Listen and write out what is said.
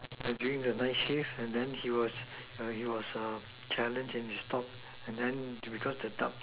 when doing the night shift and then he was he was challenge and distort and then because the dark